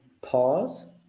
pause